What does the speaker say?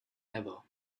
ever